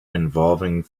involving